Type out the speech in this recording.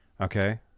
okay